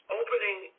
opening